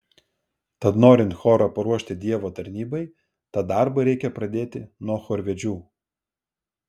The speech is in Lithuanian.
tad norint chorą paruošti dievo tarnybai tą darbą reikia pradėti nuo chorvedžių